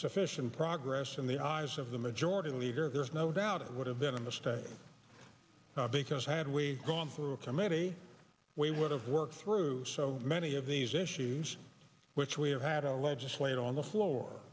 sufficient progress in the eyes of the majority leader there is no doubt it would have been a mistake because had we gone through a committee we would have worked through so many of these issues which we have had a legislate on the floor